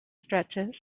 stretches